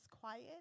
quiet